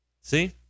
See